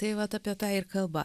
tai vat apie tą ir kalba